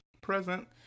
present